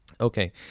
Okay